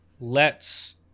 lets